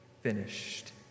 finished